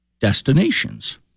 destinations